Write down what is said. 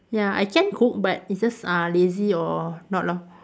ya I can cook but it's just uh lazy or not lor